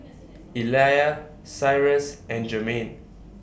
Elia Cyrus and Jermaine